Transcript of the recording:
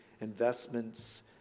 investments